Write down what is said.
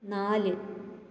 നാല്